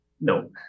No